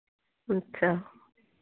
अच्छा